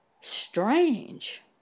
strange